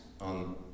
on